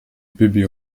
bibi